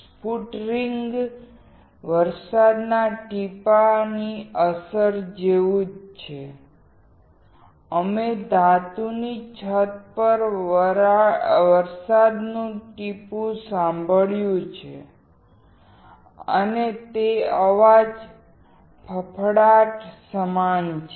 sputtering વરસાદના ટીપાની અસર જેવું જ છે તમે ધાતુની છત પર વરસાદનું ટીપું સાંભળ્યું છે અને તે અવાજ ફફડાટ સમાન છે